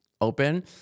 open